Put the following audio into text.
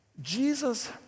Jesus